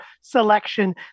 selection